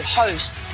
host